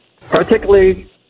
particularly